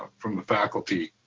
from the faculty.